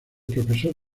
profesor